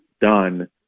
done